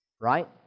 Right